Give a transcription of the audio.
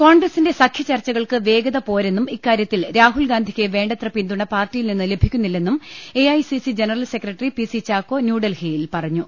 കോൺഗ്രസിന്റെ സഖ്യ ചർച്ചകൾക്ക് വേഗത പോരെന്നും ഇക്കാര്യത്തിൽ രാഹുൽഗാന്ധിക്ക് വേണ്ടത്ര പിന്തുണ പാർട്ടിയിൽ നിന്ന് ലഭിക്കുന്നില്ലെന്നും A I C C general secretary P C Chacko ന്യൂഡൽഹിയിൽ പറഞ്ഞു